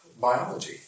biology